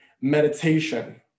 meditation